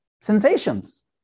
sensations